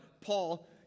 Paul